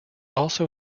also